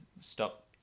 stop